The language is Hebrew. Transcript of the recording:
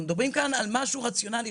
אנחנו מדברים כאן על משהו רציונלי.